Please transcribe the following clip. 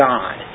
God